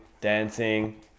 dancing